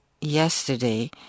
yesterday